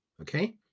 Okay